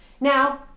Now